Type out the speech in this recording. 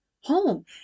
home